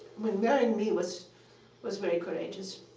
when marrying me was was very courageous.